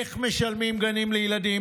איך משלמים גנים לילדים?